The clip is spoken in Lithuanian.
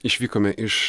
išvykome iš